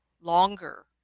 longer